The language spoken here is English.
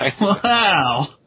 Wow